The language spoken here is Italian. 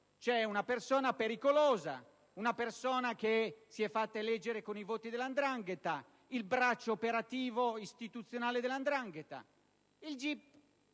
c'è una persona pericolosa, una persona che si è fatta eleggere con i voti della 'ndrangheta, il braccio operativo istituzionale della 'ndrangheta. Il GIP